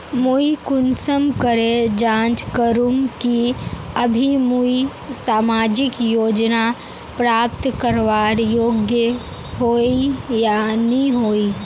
मुई कुंसम करे जाँच करूम की अभी मुई सामाजिक योजना प्राप्त करवार योग्य होई या नी होई?